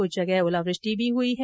कृछ जगह ओलावृष्टि भी हई है